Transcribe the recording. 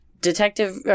detective